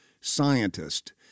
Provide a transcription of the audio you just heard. scientist